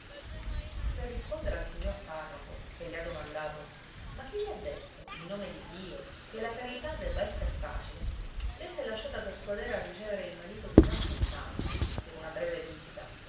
per rispondere al signor parroco che le ha domandato ma chi le ha detto in nome di dio che la carità debba esser facile lei s'è lasciata persuadere a ricevere il marito di tanto in tanto per una breve visita